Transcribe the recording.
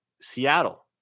Seattle